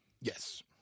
yes